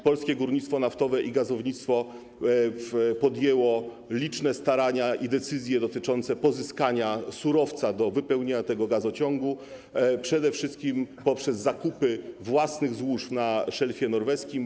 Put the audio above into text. Polskie Górnictwo Naftowe i Gazownictwo podjęło liczne starania i decyzje dotyczące pozyskania surowca do wypełnienia tego gazociągu przede wszystkim poprzez zakupy własnych złóż na szelfie norweskim.